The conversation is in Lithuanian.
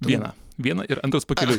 vieną vieną ir antras pakeliui